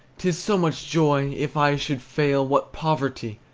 t is so much joy! if i should fail, what poverty!